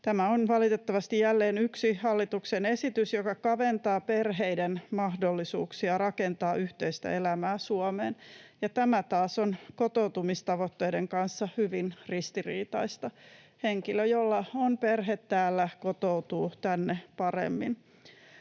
Tämä on valitettavasti jälleen yksi hallituksen esitys, joka kaventaa perheiden mahdollisuuksia rakentaa yhteistä elämää Suomeen, ja tämä taas on kotoutumistavoitteiden kanssa hyvin ristiriitaista. Henkilö, jolla on perhe täällä, kotoutuu tänne paremmin.